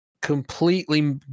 completely